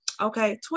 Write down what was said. okay